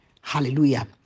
Hallelujah